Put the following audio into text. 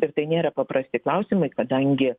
ir tai nėra paprasti klausimai kadangi